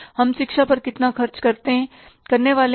हम शिक्षा पर कितना खर्च करने वाले हैं